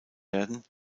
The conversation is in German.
werden